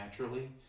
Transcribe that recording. naturally